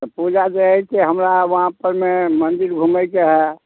तऽ पूजा जे हैय से हमरा वहाँ परमे मन्दिर घुमैके हय